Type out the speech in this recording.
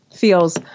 feels